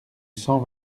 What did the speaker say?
cent